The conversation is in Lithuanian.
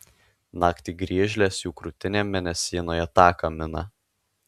naktį griežlės jų krūtinėm mėnesienoje taką mina